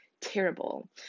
terrible